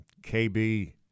KB